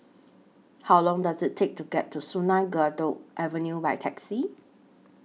How Long Does IT Take to get to Sungei Kadut Avenue By Taxi